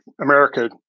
America